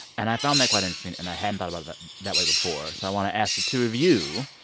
and i found that quite interesting. and i hadn't thought about it that way before, so i want to ask the two of you